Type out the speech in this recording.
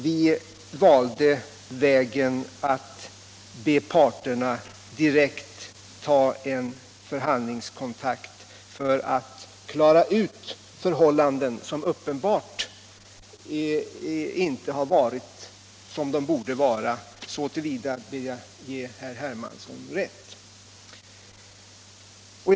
Vi valde vägen att be parterna direkt ta en förhandlingskontakt för att klara ut förhållanden som uppenbart inte har varit som de borde vara — så till vida ger jag herr Hermansson rätt.